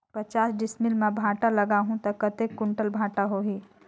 पचास डिसमिल मां भांटा लगाहूं ता कतेक कुंटल भांटा होही?